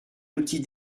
outil